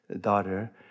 daughter